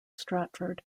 stratford